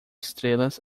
estrelas